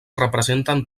representen